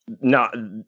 No